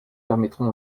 permettront